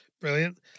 Brilliant